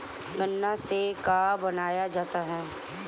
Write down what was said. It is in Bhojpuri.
गान्ना से का बनाया जाता है?